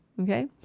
okay